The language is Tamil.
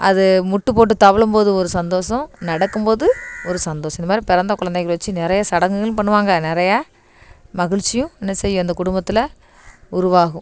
அது முட்டுப்போட்டு தவலும் போது ஒரு சந்தோசம் நடக்கும் போது ஒரு சந்தோசம் இந்த மாதிரி பிறந்த குழந்தைகள வச்சு நிறைய சடங்குகளும் பண்ணுவாங்க நிறைய மகிழ்ச்சியும் என்ன செய்ய அந்த குடும்பத்தில் உருவாகும்